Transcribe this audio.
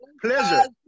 pleasure